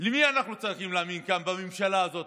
אנחנו צריכים להאמין כאן בממשלה הזאת,